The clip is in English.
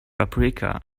paprika